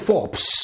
Forbes